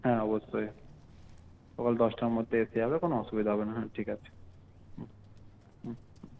হ্যাঁ অবশ্যই সকাল দশটার মধ্যে এসে যাবে কোনো অসুবিধা হবে না হ্যাঁ ঠিক আছে হুম হুম হুম